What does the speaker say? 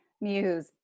muse